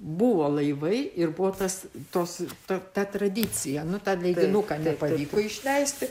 buvo laivai ir buvo tas tos ta ta tradicija nu tą leidinuką nepavyko išleisti